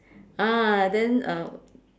ah then uh